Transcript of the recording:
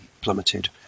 plummeted